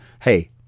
hey